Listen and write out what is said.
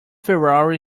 ferrari